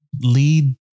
lead